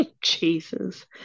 Jesus